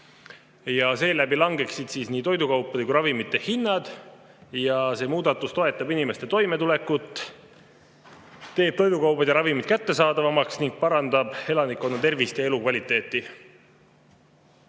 Seeläbi langeksid nii toidukaupade kui ka ravimite hinnad. See muudatus toetab inimeste toimetulekut, teeb toidukaubad ja ravimid kättesaadavamaks ning parandab elanikkonna tervist ja elukvaliteeti.